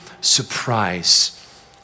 surprise